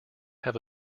have